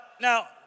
Now